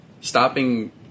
Stopping